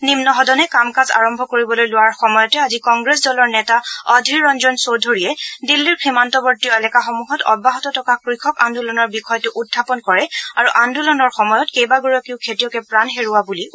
নিম্ন সদনে কাম কাজ আৰম্ভ কৰিবলৈ লোৱাৰ সময়তে আজি কংগ্ৰেছ দলৰ নেতা অধীৰ ৰঞ্জন চৌধুৰীয়ে দিল্লীৰ সীমান্তৱৰ্তী এলেকাসমূহত অব্যাহত থকা কৃষক আন্দোলনৰ বিষয়টো উখাপন কৰে আৰু আন্দোলনৰ সময়ত কেইবাগৰাকীও খেতিয়কে প্ৰাণ হেৰুওৱা বুলি উল্লেখ কৰে